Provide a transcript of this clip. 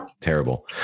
terrible